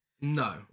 no